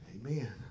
Amen